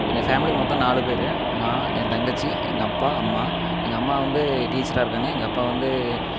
எங்கள் ஃபேமிலியில் மொத்தம் நாலு பேர் நான் என் தங்கச்சி எங்கள் அப்பா அம்மா எங்கள் அம்மா வந்து டீச்சராக இருக்காங்க எங்கள் அப்பா வந்து